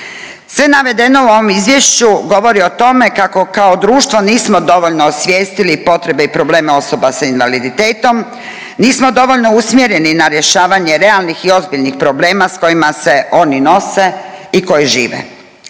Sve navedeno u ovom izvješću govori o tome kako kao društvo nismo dovoljno osvijestili potrebe i probleme osoba sa invaliditetom, nismo dovoljno usmjereni na rješavanje realnih i ozbiljnih problema sa kojima se oni nose i koji žive.